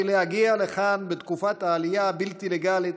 להגיע לכאן בתקופת העלייה הבלתי-לגלית,